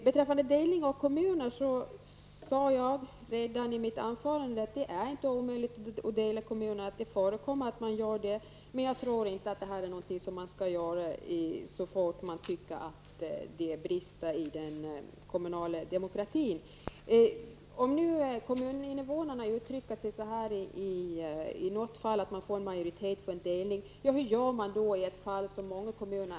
Beträffande delning av kommuner sade jag redan i mitt anförande att det inte är omöjligt att dela kommuner och att det förekommer delning. Men jag tror inte att detta är någonting som skall vidtas så fort man tycker att det brister i den kommunala demokratin. Om nu kommuninvånarna ställer sig bakom en majoritet för delning, hur gör man då om majoriteterna växlar, som de gör i många kommuner?